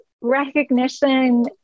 recognition